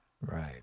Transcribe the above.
Right